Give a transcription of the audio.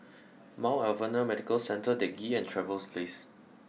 Mount Alvernia Medical Centre Teck Ghee and Trevose Place